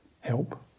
Help